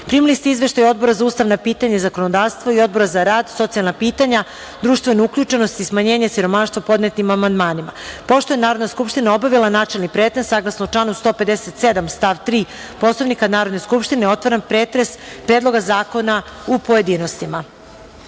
zakona. Primili ste izveštaje Odbora za ustavna pitanja i zakonodavstvo i Odbor za rad, socijalna pitanja, društvenu uključenost i smanjenje siromaštva o podnetim amandmanima. Pošto je Narodna skupština obavila načelni pretres, saglasno članu 157. stav 3. Poslovnika Narodne skupštine, otvaram pretres Predloga zakona u pojedinostima. Na